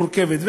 מורכבת.